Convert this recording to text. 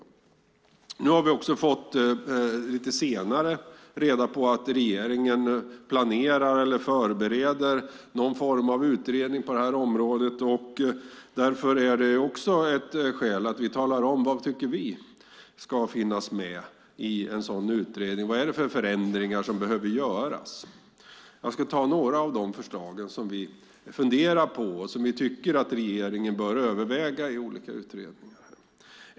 Lite senare har vi också fått reda på att regeringen förbereder någon form av utredning på det här området. Därför finns det också skäl att vi talar om vad vi tycker ska finnas med i en sådan utredning. Vad det är för förändringar som behöver göras? Jag ska nämna några av de förslag som vi funderar på och som vi tycker att regeringen bör överväga i olika utredningar.